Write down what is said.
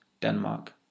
Denmark